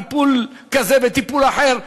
טיפול כזה וטיפול אחר,